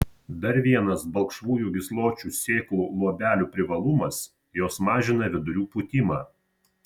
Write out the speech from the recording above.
dar vienas balkšvųjų gysločių sėklų luobelių privalumas jos mažina vidurių pūtimą